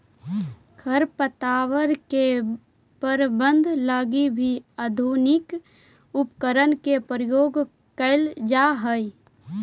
खरपतवार के प्रबंधन लगी भी आधुनिक उपकरण के प्रयोग कैल जा हइ